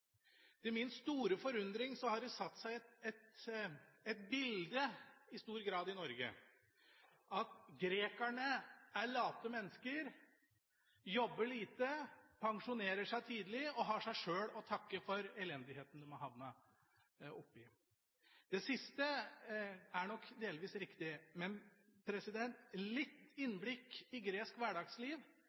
min store forundring har det i stor grad satt seg et bilde i Norge: at grekerne er late mennesker, de jobber lite, pensjonerer seg tidlig og har seg sjøl å takke for elendigheten de har havnet opp i. Det siste er nok delvis riktig, men med litt innblikk i gresk hverdagsliv